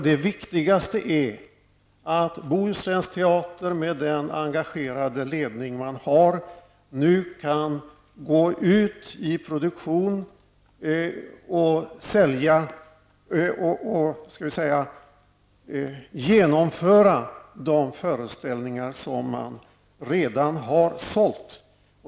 Det viktigaste är nämligen att länsteatern i Bohuslän med sin engagerade ledning nu kan gå ut i produktion och genomföra de föreställningar som man redan har sålt.